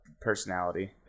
personality